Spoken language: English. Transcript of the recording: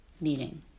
meeting